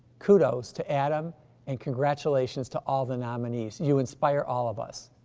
kudos to adam and congratulations to all the nominees, you inspire all of us.